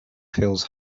feels